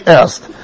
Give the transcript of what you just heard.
asked